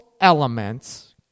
elements